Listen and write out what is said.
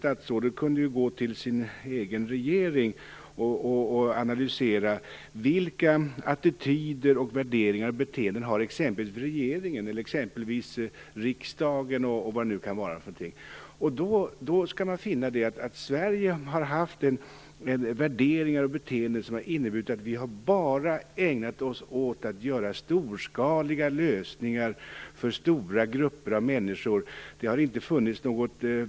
Statsrådet kunde ju också gå till sin egen regering och analysera attityder, värderingar och beteenden hos den eller hos exempelvis riksdagen. Gör man det skall man finna att Sverige har haft värderingar och beteenden som har inneburit att vi bara har ägnat oss åt att åstadkomma storskaliga lösningar för stora grupper av människor.